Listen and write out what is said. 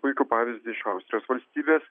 puikų pavyzdį iš austrijos valstybės